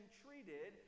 treated